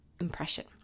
impression